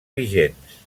vigents